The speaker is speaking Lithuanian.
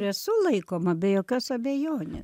ir esu laikoma be jokios abejonės